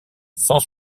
cent